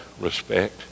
respect